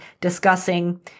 discussing